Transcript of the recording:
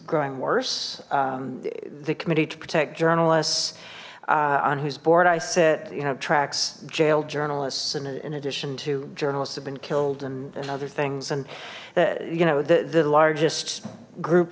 growing worse the committee to protect journalists on whose board i said you know tracks jailed journalists and in addition to journalists have been killed and and other things and you know the the largest group